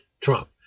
Trump